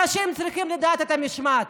אנשים צריכים לדעת משמעת,